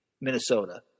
Minnesota